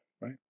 Right